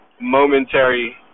momentary